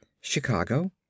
chicago